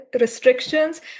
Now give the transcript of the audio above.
restrictions